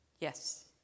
yes